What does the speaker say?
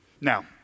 Now